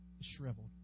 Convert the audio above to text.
shriveled